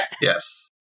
Yes